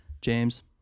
James